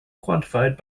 quantified